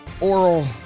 oral